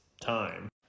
time